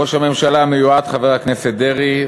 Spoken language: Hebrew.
ראש הממשלה המיועד חבר הכנסת דרעי,